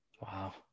Wow